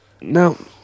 no